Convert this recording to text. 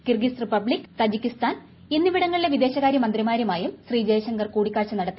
Kyrgyz Republic Tajik എന്നിവിട ങ്ങളിലെ വിദേശകാര്യ മന്ത്രിമാരുമായും ശ്രീ ജയശങ്കർ കൂടിക്കാഴ്ച നടത്തി